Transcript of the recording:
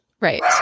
Right